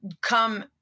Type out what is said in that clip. come